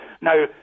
Now